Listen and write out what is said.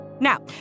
Now